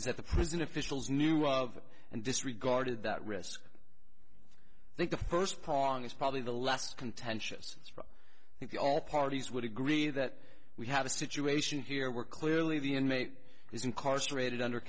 that the prison officials knew of and disregarded that risk i think the first pong is probably the less contentious from all parties would agree that we have a situation here where clearly the inmate is incarcerated under